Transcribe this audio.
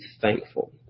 thankful